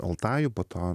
altajų po to